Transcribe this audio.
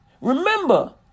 Remember